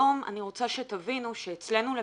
אני רוצה שתבינו שאצלנו לפחות,